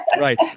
Right